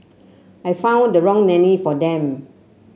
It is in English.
I found the wrong nanny for them